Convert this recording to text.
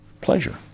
pleasure